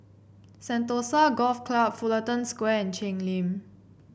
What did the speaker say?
Sentosa Golf Club Fullerton Square and Cheng Lim